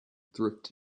thrift